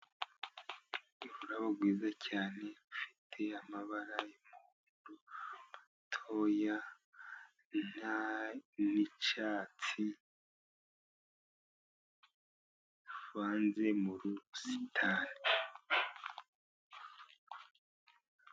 Ururabo rwiza cyane, rufite amabara y'umweru rutoya n'icyatsi kivanze mu busitani.